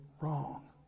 wrong